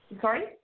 Sorry